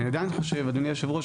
אדוני היושב-ראש,